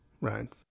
right